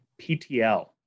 PTL